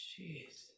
jeez